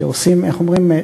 שעושים, איך אומרים?